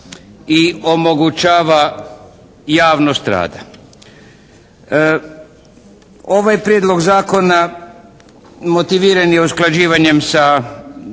i omogućava javnost rada. Ovaj Prijedlog zakona motiviran je usklađivanjem sa